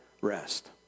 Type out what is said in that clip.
rest